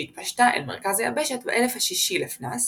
שהתפשטה אל מרכז היבשת באלף השישי לפנה"ס